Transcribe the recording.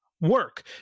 work